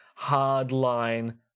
hardline